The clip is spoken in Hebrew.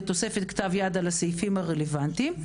בתוספת כתב יד על הסעיפים הרלוונטיים.